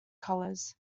colours